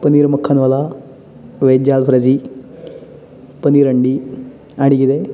पनीर मख्खन वाला वॅज जाल फ्रायझी पनीर हंडी आनी कितें